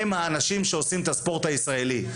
הם האנשים שעושים את הספורט הישראלי.